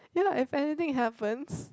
ya lah if anything happened